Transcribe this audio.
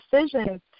decisions